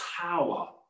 power